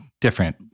different